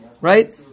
Right